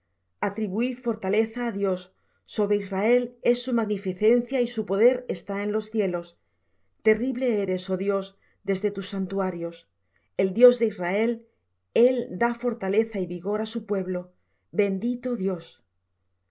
atribuid fortaleza á dios sobre israel es su magnificencia y su poder está en los cielos terrible eres oh dios desde tus santuarios el dios de israel él da fortaleza y vigor á su pueblo bendito dios